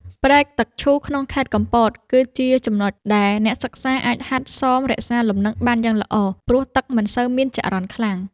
ព្រែកទឹកឈូក្នុងខេត្តកំពត គឺជាចំណុចដែលអ្នកសិក្សាអាចហាត់សមរក្សាលំនឹងបានយ៉ាងល្អ ព្រោះទឹកមិនសូវមានចរន្តខ្លាំង។